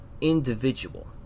individual